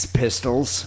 pistols